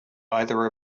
either